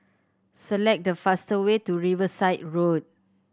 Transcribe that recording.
select the fast way to Riverside Road